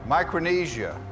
Micronesia